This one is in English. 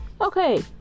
okay